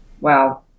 Wow